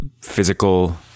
physical